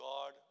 God